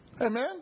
Amen